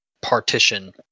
partition